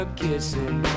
kissing